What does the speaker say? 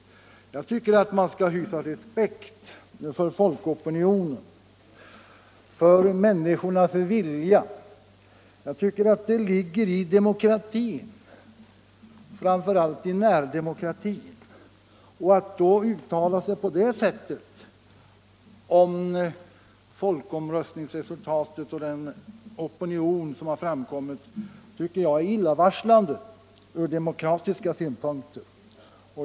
Jag anser att man skall hysa respekt för folkopinionen, för människornas vilja — det ligger i demokratins idé, framför allt i närdemokratins. Att då uttala sig på det sätt som herr Alftin gjorde om folkomröstningsresultatet och den opinion som framkommit tycker jag är illavarslande ur demokratisk synpunkt.